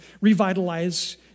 revitalize